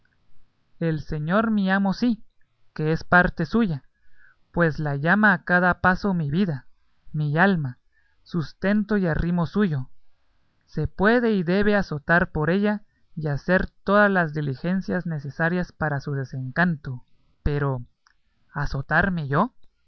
el señor mi amo sí que es parte suya pues la llama a cada paso mi vida mi alma sustento y arrimo suyo se puede y debe azotar por ella y hacer todas las diligencias necesarias para su desencanto pero azotarme yo